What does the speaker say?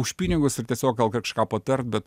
už pinigus ir tiesiog gal kažką patart bet